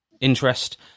interest